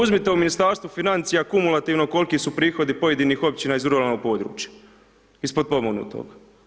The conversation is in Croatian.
Uzmite u Ministarstvu financija kumulativno, koliki su prihodi pojedinih općina iz ruralnog područja i iz potpomognutog.